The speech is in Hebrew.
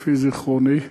לפי זיכרוני,